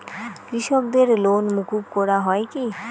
কৃষকদের লোন মুকুব করা হয় কি?